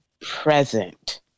present